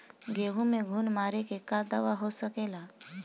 गेहूँ में घुन मारे के का दवा हो सकेला?